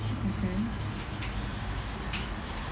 mmhmm